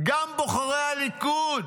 גם בוחרי הליכוד,